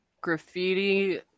Graffiti